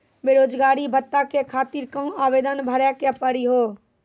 बेरोजगारी भत्ता के खातिर कहां आवेदन भरे के पड़ी हो?